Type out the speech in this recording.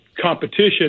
competition